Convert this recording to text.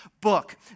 book